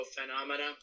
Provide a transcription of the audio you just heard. phenomena